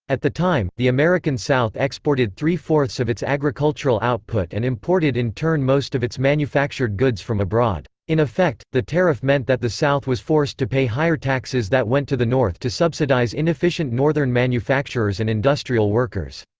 at the time, the american south exported three-fourths of its agricultural output and imported in turn most of its manufactured goods from abroad. in effect, the tariff meant that the south was forced to pay higher taxes that went to the north to subsidize inefficient northern manufacturers and industrial workers.